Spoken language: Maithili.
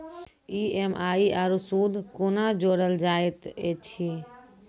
ई.एम.आई आरू सूद कूना जोड़लऽ जायत ऐछि?